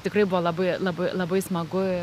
tikrai buvo labai labai labai smagu